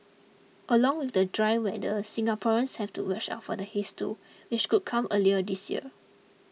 along with the dry weather Singaporeans have to watch out for the haze too which could come earlier this year